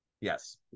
Yes